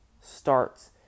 starts